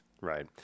Right